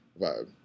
vibe